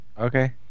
Okay